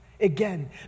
again